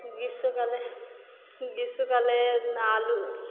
গ্রীষ্মকালে গ্রীষ্মকালে আলু